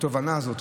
התובנה הזאת,